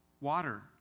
Water